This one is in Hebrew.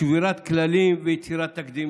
שבירת כללים ויצירת תקדימים.